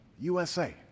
USA